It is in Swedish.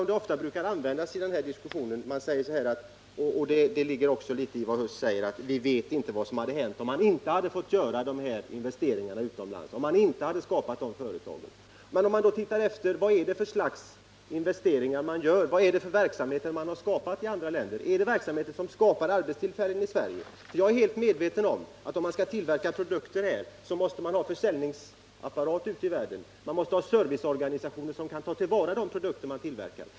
Det ligger en del i Erik Huss påstående att vi inte vet vad som hade hänt om man inte fått göra dessa investeringar utomlands, om man inte hade skapat de företagen. Men om man då ser på vad det är för slags investeringar man gör och vilka verksamheter man skapat i andra länder, så måste man fråga sig: Är det verksamheter som skapar arbetstillfällen i Sverige? Jag är helt medveten om att man för att kunna tillverka produkter här i landet måste ha en försäljningsapparat ute i världen och att man måste ha serviceorganisationer som kan ta till vara de produkter som tillverkas.